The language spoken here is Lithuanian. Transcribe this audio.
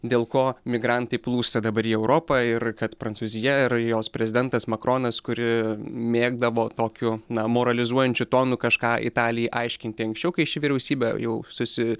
dėl ko migrantai plūsta dabar į europą ir kad prancūzija ir jos prezidentas makronas kuri mėgdavo tokiu na moralizuojančiu tonu kažką italijai aiškinti anksčiau kai ši vyriausybė jau susi